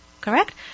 Correct